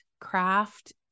craft